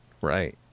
Right